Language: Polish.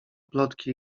plotki